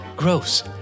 Gross